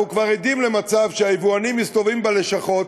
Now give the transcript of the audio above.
אנחנו כבר עדים למצב שהיבואנים מסתובבים בלשכות,